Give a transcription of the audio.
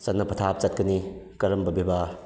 ꯆꯠꯅꯄꯊꯥꯞ ꯆꯠꯀꯅꯤ ꯀꯔꯝꯕ ꯕꯦꯕꯥꯔ